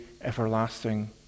everlasting